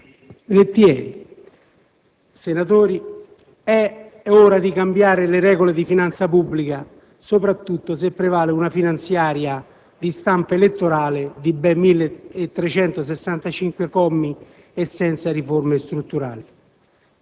Governo, senatori, è l'ora di cambiare le regole di finanza pubblica soprattutto se prevale una finanziaria di stampo elettorale di ben 1.365 commi e senza riforme strutturali.